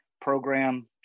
program